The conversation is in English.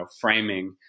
framing